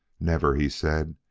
never, he said,